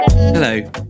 Hello